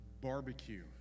Barbecue